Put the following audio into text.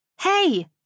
Hey